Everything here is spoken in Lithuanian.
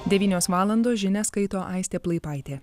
devynios valandos žinias skaito aistė plaipaitė